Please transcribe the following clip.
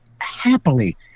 happily